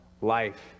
life